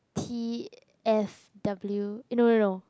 T_F_W eh no no no